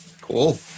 cool